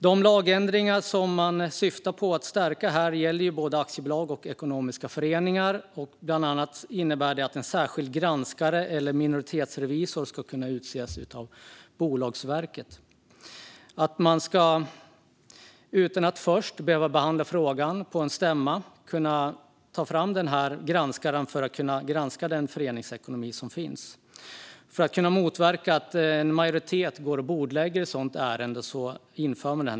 De lagändringar som man syftar till här gäller både aktiebolag och ekonomiska föreningar. Bland annat innebär de att en särskild granskare eller minoritetsrevisor ska kunna utses av Bolagsverket. Utan att först behöva behandla frågan på en stämma ska man kunna ta fram en granskare för att granska föreningsekonomin. Man inför ny lagstiftning för att motverka att en majoritet bordlägger ett sådant ärende.